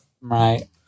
right